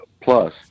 plus